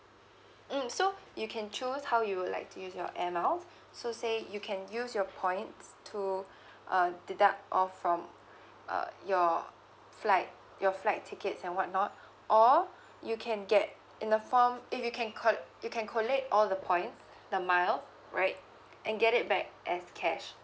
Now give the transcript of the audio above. mm so you can choose how you would like to use your air mile so say you can use your points to uh deduct off from uh your flight your flight tickets and what not or you can get in a form if you can col~ you can collect all the points the miles right and get it back as cash